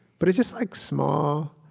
but it's just like small